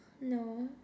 no